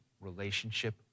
relationship